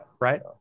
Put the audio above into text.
Right